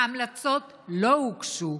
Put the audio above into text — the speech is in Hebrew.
ההמלצות לא הוגשו,